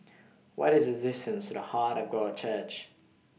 What IS The distance to The Heart of God Church